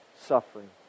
suffering